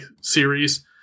series